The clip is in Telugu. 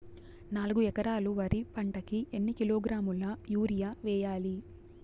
నాలుగు ఎకరాలు వరి పంటకి ఎన్ని కిలోగ్రాముల యూరియ వేయాలి?